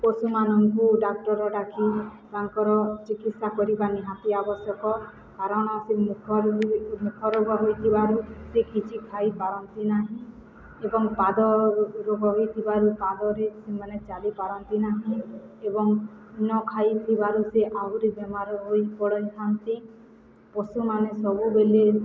ପଶୁମାନଙ୍କୁ ଡ଼ାକ୍ତର ଡ଼ାକି ତାଙ୍କର ଚିକିତ୍ସା କରିବା ନିହାତି ଆବଶ୍ୟକ କାରଣ ସେ ମୁଖ ମୁଖ ରୋଗ ହୋଇଥିବାରୁ ସେ କିଛି ଖାଇପାରନ୍ତି ନାହିଁ ଏବଂ ପାଦ ରୋଗ ହେଥିବାରୁ ପାଦରେ ସେମାନେ ଚାଲିପାରନ୍ତି ନାହିଁ ଏବଂ ନ ଖାଇଥିବାରୁ ସେ ଆହୁରି ବେମାର ହୋଇ ପଡ଼ିଥାନ୍ତି ପଶୁମାନେ ସବୁବେଳେ